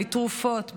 בתרופות,